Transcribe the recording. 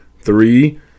three